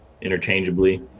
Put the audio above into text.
interchangeably